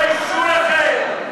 אדוני היושב-ראש.